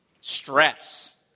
Stress